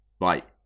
right